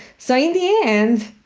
so in the end,